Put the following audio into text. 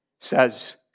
Says